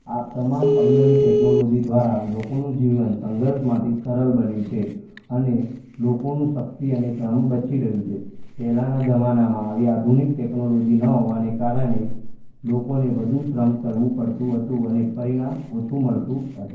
આ તમામ અવનવી ટૅકનોલોજી દ્વારા લોકોનું જીવન સંઘર્ષમાંથી સરળ બન્યું છે અને લોકોનું શક્તિ અને શ્રમ બચી રહ્યું છે પહેલાંના જમાનામાં આવી આધુનિક ટૅકનોલોજી ન હોવાને કારણે લોકોને વધુ શ્રમ કરવું પડતું હતું અને પરિણામ ઓછું મળતું હતું